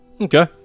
Okay